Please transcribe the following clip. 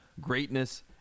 greatness